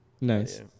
Nice